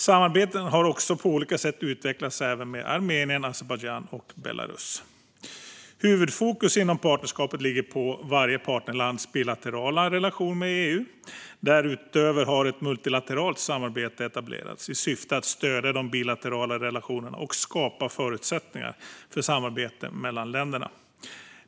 Samarbetet har på olika sätt utvecklats även med Armenien, Azerbajdzjan och Belarus. Huvudfokus inom partnerskapet ligger på varje partnerlands bilaterala relation med EU. Därutöver har ett multilateralt samarbete etablerats i syfte att stödja de bilaterala relationerna och skapa förutsättningar för samarbete mellan länderna.